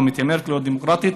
או מתיימרת להיות דמוקרטית,